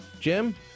Jim